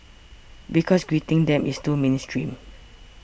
because greeting them is too mainstream